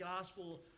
Gospel